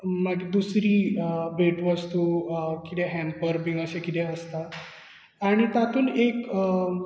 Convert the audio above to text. मागीर दुसरी अ भेटवस्तू वा कितें हेंपर बी अशें कितें आसता आनी तातूंत एक अ